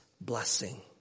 blessing